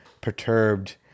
perturbed